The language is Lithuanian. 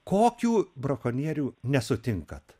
kokių brakonierių nesutinkat